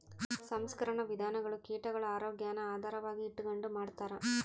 ಸಂಸ್ಕರಣಾ ವಿಧಾನಗುಳು ಕೀಟಗುಳ ಆರೋಗ್ಯಾನ ಆಧಾರವಾಗಿ ಇಟಗಂಡು ಮಾಡ್ತಾರ